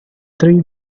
three